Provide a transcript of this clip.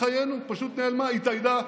נעלמה מחיינו, פשוט נעלמה, התאיידה.